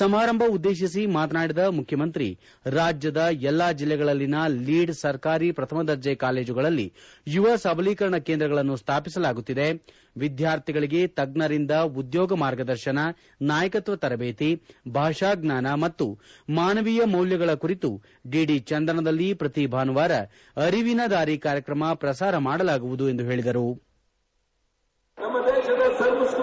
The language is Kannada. ಸಮಾರಂಭ ಉದ್ದೇಶಿಸಿ ಮಾತನಾಡಿದ ಮುಖ್ಯಮಂತ್ರಿ ರಾಜ್ಯದ ಎಲ್ಲ ಜಿಲ್ಲೆಗಳಲ್ಲಿನ ಲೀಡ್ ಸರ್ಕಾರಿ ಪ್ರಥಮ ದರ್ಜೆ ಕಾಲೇಜಗಳಲ್ಲಿ ಯುವ ಸಬಲೀಕರಣ ಕೇಂದ್ರಗಳನ್ನು ಸ್ಥಾಪಿಸಲಾಗುತ್ತಿದೆ ವಿದ್ಯಾರ್ಥಿಗಳಿಗೆ ತಜ್ಞರಿಂದ ಉದ್ಯೋಗ ಮಾರ್ಗದರ್ಶನ ನಾಯಕತ್ವ ತರಬೇತಿ ಭಾಷಾಜ್ಯಾನ ಮತ್ತು ಮಾನವೀಯ ಮೌಲ್ಯಗಳ ಕುರಿತು ಡಿಡಿ ಚಂದನದಲ್ಲಿ ಪ್ರತಿ ಭಾನುವಾರ ಅರಿವಿನ ದಾರಿ ಕಾರ್ಯಕ್ರಮ ಪ್ರಸಾರ ಮಾಡಲಾಗುವುದು ಎಂದು ಹೇಳದರು